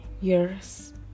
years